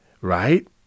Right